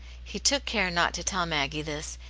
he took care not to tell maggie this,